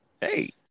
hey